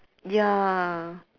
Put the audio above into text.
ya